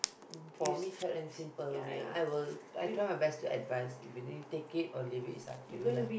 for me short and simple only ah I will I try my best to advise if you take it or leave it it's up to you lah